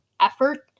effort